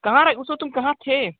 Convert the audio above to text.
कहाँ उस वक़्त तुम कहाँ थे